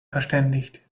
verständigt